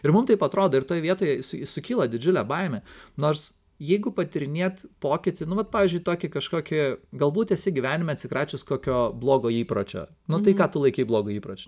ir mum taip atrodo ir toj vietoj sukyla didžiulė baimė nors jeigu patyrinėt pokytį nu vat pavyzdžiui tokį kažkokį galbūt esi gyvenime atsikračius kokio blogo įpročio nu tai ką tu laikei blogu įpročiu